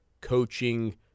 coaching